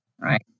right